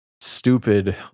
stupid